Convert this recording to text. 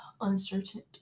Uncertain